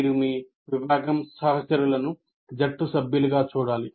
మీరు మీ విభాగం సహచరులను జట్టు సభ్యులుగా చూడాలి